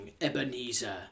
Ebenezer